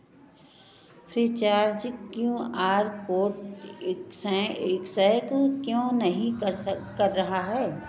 मुझे brownies basket आटा जीरा कुजी कुकीज आम्न बे वेबसाइटों की तुलना में अधिक महंगा लगता है